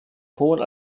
hohen